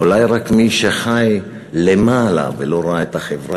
אולי רק מי שחי למעלה ולא ראה את החברה